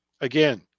again